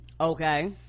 okay